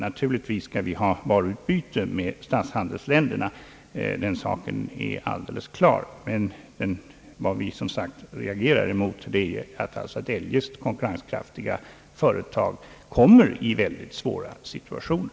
Naturligtvis skall vi ha ett varuutbyte med statshandelsländerna — det står alldeles klart — men vad vi reagerar så starkt emot är att eljest konkurrenskraftiga företag i detta sammanhang råkar i synnerligen svåra situationer.